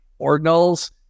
ordinals